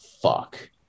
fuck